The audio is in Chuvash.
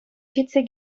ҫитсе